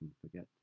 forget